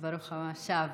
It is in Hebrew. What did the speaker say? ברוך השב.